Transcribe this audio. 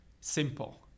simple